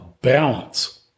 balance